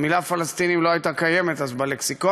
המילה "פלסטינים" לא הייתה קיימת אז בלקסיקון.